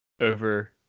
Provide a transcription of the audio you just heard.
over